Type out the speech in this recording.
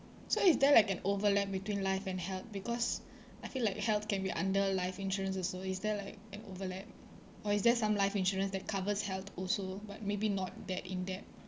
so is there like an overlap between life and health because I feel like health can be under life insurance also is there like an overlap or is there some life insurance that covers health also but maybe not that in-depth